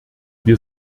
wir